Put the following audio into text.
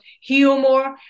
humor